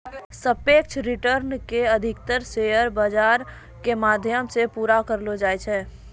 सापेक्ष रिटर्न के अधिकतर शेयर बाजार के माध्यम से पूरा करलो जाय छै